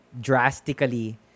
drastically